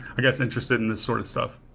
i guess, interested in this sort of stuff.